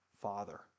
Father